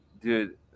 dude